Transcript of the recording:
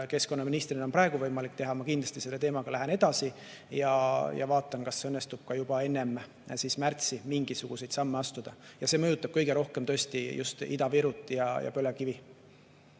keskkonnaministrina on praegu võimalik teha, ma kindlasti selle teemaga lähen edasi ja vaatan, kas õnnestub juba enne märtsi mingisuguseid samme astuda. See mõjutab kõige rohkem tõesti just Ida-Virut ja põlevkivi.